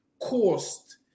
caused